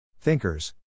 thinkers